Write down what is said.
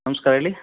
ನಮಸ್ಕಾರ ಹೇಳಿ